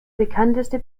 bekannteste